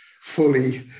fully